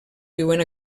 viuen